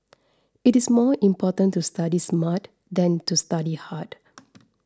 it is more important to study smart than to study hard